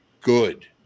good